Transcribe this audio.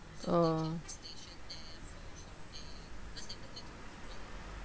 oh